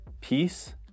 peace